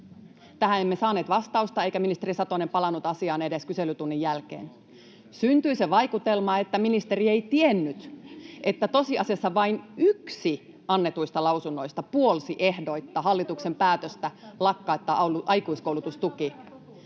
Tähän emme saaneet vastausta, eikä ministeri Satonen palannut asiaan edes kyselytunnin jälkeen. Syntyi se vaikutelma, että ministeri ei tiennyt, että tosiasiassa vain yksi annetuista lausunnoista puolsi ehdoitta hallituksen päätöstä lakkauttaa aikuiskoulutustuki.